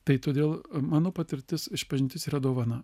tai todėl mano patirtis išpažintis yra dovana